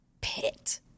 pit